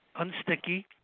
unsticky